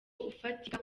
ufatika